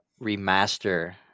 remaster